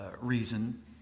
reason